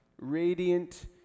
radiant